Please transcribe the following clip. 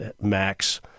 max